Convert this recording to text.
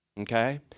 Okay